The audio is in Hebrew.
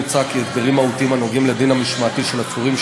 מוצע כי הסדרים מהותיים הנוגעים לדין המשמעתי של עצורים,